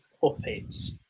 puppets